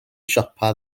siopa